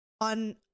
on